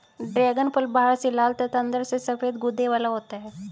dragon फल बाहर से लाल तथा अंदर से सफेद गूदे वाला होता है